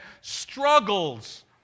struggles